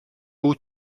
aux